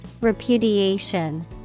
Repudiation